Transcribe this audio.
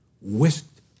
whisked